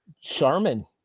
Charmin